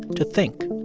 to think.